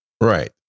Right